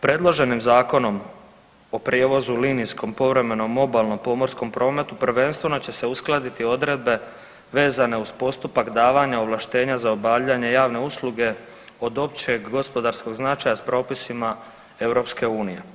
Predloženim Zakonom o prijevozu u linijskom povremenom obalnom pomorskom prometu prvenstveno će se uskladiti odredbe vezane uz postupak davanja ovlaštenja za obavljanje javne usluge od općeg gospodarskog značaja s propisima EU.